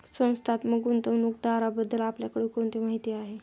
संस्थात्मक गुंतवणूकदाराबद्दल आपल्याकडे कोणती माहिती आहे?